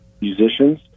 musicians